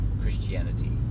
Christianity